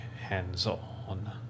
hands-on